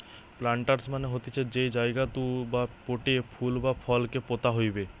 planters মানে হতিছে যেই জায়গাতু বা পোটে ফুল বা ফল কে পোতা হইবে